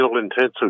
intensive